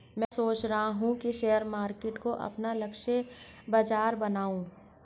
मैं सोच रहा हूँ कि शेयर मार्केट को अपना लक्ष्य बाजार बनाऊँ